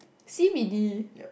C_B_D